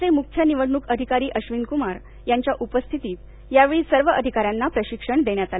राज्याचे मुख्य निवडणूक अधिकारी अधिनक्मार यांच्या उपस्थितीत यावेळी सर्व अधिकाऱ्यांना प्रशिक्षण देण्यात आलं